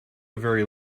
very